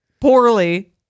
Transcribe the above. Poorly